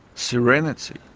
serenity,